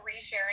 resharing